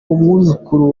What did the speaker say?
umwuzukuru